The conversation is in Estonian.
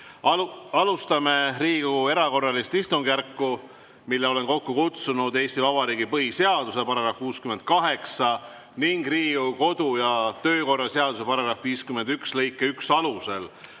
Alustame Riigikogu erakorralist istungjärku, mille olen kokku kutsunud Eesti Vabariigi põhiseaduse § 68 ning Riigikogu kodu‑ ja töökorra seaduse § 51 lõike 1 alusel